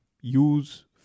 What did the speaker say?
Use